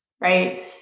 right